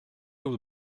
will